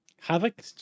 Havoc